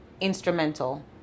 instrumental